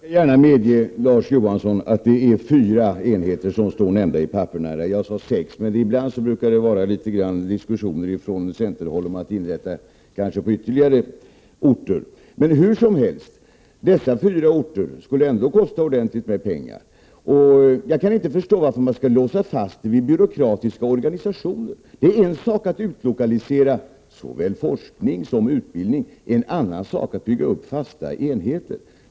Fru talman! Jag medger gärna, Larz Johansson, att det är fyra enheter som omnämns i materialet och inte sex, som jag sade. Men ibland förekommer det ju diskussioner från centerhåll om att det kunde inrättas högskolor på ytterligare några orter. Hur som helst, det skulle ändå kosta en hel del pengar med högskolor på fyra orter. Jag kan inte förstå varför man skall låsa sig vid byråkratiska organisationer. Det är en sak att utlokalisera såväl forskning som utbildning. Men det är en annan sak att bygga upp fasta enheter.